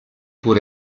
pur